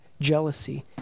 jealousy